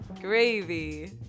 Gravy